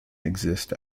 exist